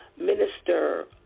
minister